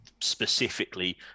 specifically